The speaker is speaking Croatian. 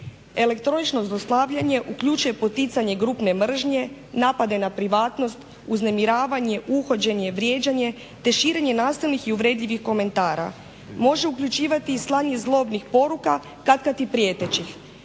Elektroniko zlostavljanje uključuje poticanje grupne mržnje, napade na privatnost, uznemiravanje, uhođenje, vrijeđanje, te širenje nasilnih i uvredljivih komentara. Može uključivati i slanje zlobnih poruka katkad i prijetećih.